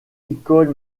école